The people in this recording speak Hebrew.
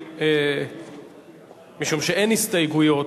משום שאין הסתייגויות